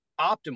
optimal